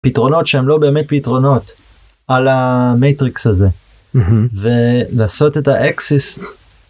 פתרונות שהם לא באמת פתרונות על ה...מטריקס הזה אהממ ולעשות את האקסיס.